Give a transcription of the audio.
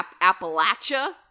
Appalachia